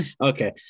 Okay